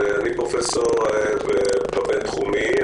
אני פרופסור בבין-תחומי,